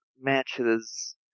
matches